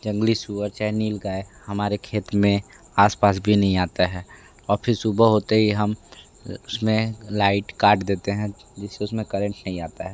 जंगली सूअर चाहे नीलगाय हमारे खेत में आस पास भी नहीं आता है और फिर सुबह होते ही हम उस में लाइट काट देते हैं जिस से उस में करंट नहीं आता है